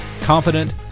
confident